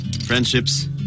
friendships